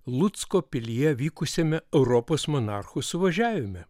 lucko pilyje vykusiame europos monarchų suvažiavime